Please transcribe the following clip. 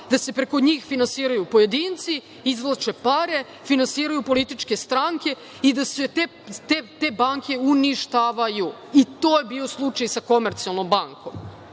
da se preko njih finansiraju pojedinci, izvlače pare, finansiraju političke stranke i da se te banke uništavaju. To je bio slučaj sa „Komercijalnom bankom“.